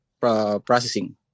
Processing